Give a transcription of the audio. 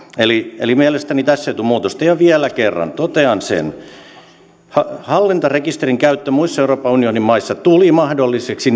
eli eli mielestäni tässä ei tule muutosta ja vielä kerran totean sen että hallintarekisterin käyttö muissa euroopan unionin maissa tuli mahdolliseksi